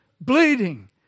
bleeding